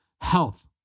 health